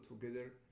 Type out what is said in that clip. together